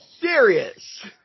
Serious